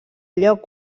lloc